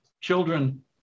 children